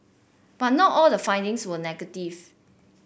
but not all the findings were negative